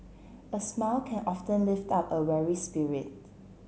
a smile can often lift up a weary spirit